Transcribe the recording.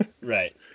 Right